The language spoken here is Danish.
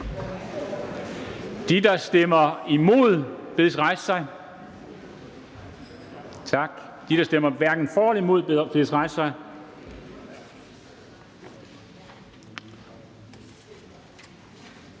De, der stemmer imod, bedes rejse sig. Tak. De, der stemmer hverken for eller imod, bedes rejse sig. Tak.